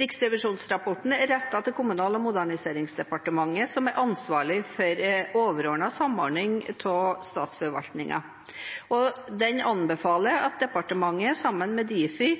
Riksrevisjonsrapporten er rettet til Kommunal- og moderniseringsdepartementet, som er ansvarlig for overordnet samordning av statsforvaltningen. Den anbefaler at departementet sammen med Difi